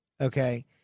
okay